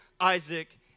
Isaac